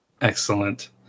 Excellent